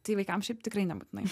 tai vaikams šiaip tikrai nebūtinai